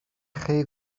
chi